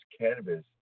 cannabis